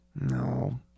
No